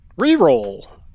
Reroll